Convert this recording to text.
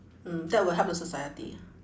mm that will help the society